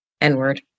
N-word